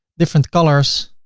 different colors.